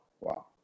wow